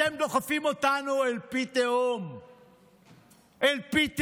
אתם דוחפים אותנו אל פי תהום.